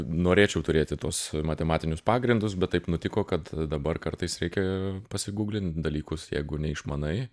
norėčiau turėti tuos matematinius pagrindus bet taip nutiko kad dabar kartais reikia pasigūglin dalykus jeigu neišmanai